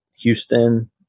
Houston